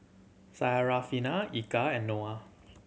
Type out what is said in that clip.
Syarafina Eka and Noah